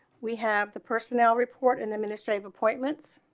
we have the personnel report in the administrative appointments.